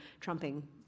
trumping